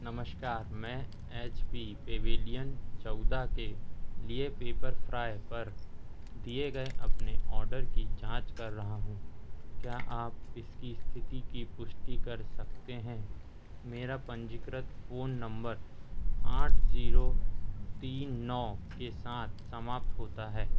नमस्कार मैं H P Pavilion चौदह के लिए पेप्परफ्राय पर दिए गए अपने ऑर्डर की जाँच कर रहा हूँ क्या आप इसकी स्थिति की पुष्टि कर सकते हैं मेरा पंजीकृत फ़ोन नंबर आठ जीरो तीन नौ के साथ समाप्त होता है